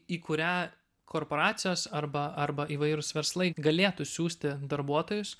į kurią korporacijos arba arba įvairūs verslai galėtų siųsti darbuotojus